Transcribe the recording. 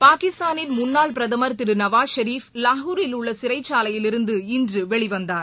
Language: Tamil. பாகிஸ்தானின் முன்னாள் பிரதமர் திரு நவாஸ் ஷெரீப் லாகூரில் உள்ளசிறைச்சாலையிலிருந்து இன்றுவெளிவந்தார்